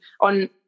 on